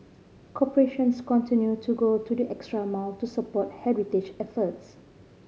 corporations continued to go the extra mile to support heritage efforts